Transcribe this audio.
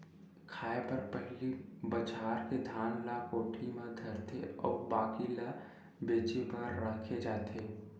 खाए बर पहिली बछार के धान ल कोठी म धरथे अउ बाकी ल बेचे बर राखे जाथे